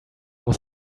muss